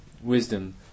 wisdom